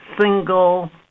single